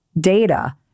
data